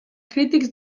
crítics